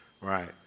right